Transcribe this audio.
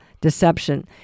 deception